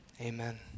Amen